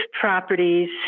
properties